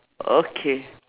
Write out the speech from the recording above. okay